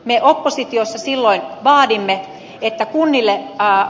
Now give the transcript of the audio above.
me oppositiossa silloin vaadimme että kunnille ja